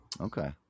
Okay